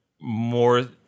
more